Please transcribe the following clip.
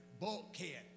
bulkhead